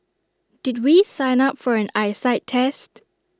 did we sign up for an eyesight test